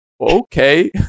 okay